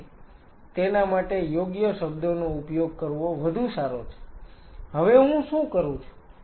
તેથી તેના માટે યોગ્ય શબ્દોનો ઉપયોગ કરવો વધુ સારો છે હવે હું શું કરું છું